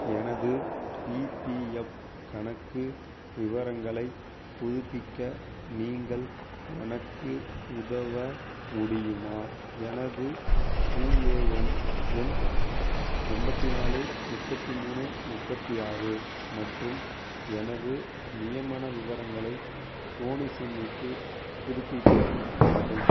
எனது இபிஎஃப் கணக்கு விவரங்களைப் புதுப்பிக்க நீங்கள் எனக்கு உதவ முடியுமா எனது யுஏஎன் எண் எண்பத்தி நாலு முப்பத்தி மூணு முப்பத்தி ஆறு மற்றும் எனது நியமன விவரங்களை சோனி சிங்குக்கு புதுப்பிக்க வேண்டும்